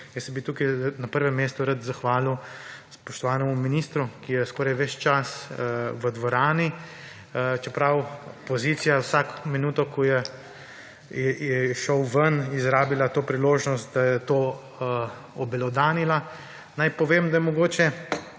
Jaz se bi tukaj na prvem mestu rad zahvalil spoštovanemu ministru, ki je skoraj ves čas v dvorani, čeprav pozicija vsako minuto, ko je šel ven, izrabila to priložnost, da je to obelodanila. Naj povem, da mogoče